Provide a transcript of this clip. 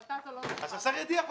אז השר ידיח אותם.